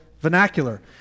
vernacular